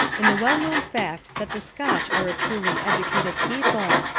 in the well-known fact that the scotch are a truly educated people,